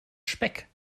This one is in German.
speck